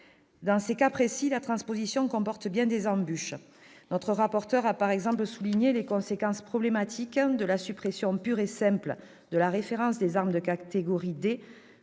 Dans ces cas précis, la transposition comporte bien des embûches. Notre rapporteur a par exemple souligné les conséquences problématiques de la suppression pure et simple de la référence des armes de catégories D